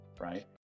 right